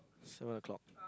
seven o-clock